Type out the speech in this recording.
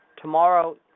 Tomorrow